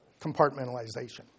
Compartmentalization